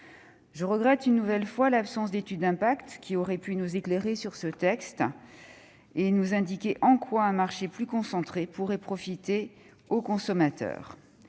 Je regrette une nouvelle fois l'absence d'étude d'impact qui aurait pu nous éclairer sur ce texte et nous indiquer en quoi un marché plus concentré pourrait profiter aux consommateurs.